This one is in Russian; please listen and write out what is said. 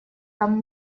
там